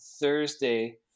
Thursday